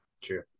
True